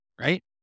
right